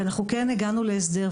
אנחנו כן הגענו להסדר.